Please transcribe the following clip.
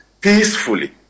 peacefully